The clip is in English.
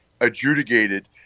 adjudicated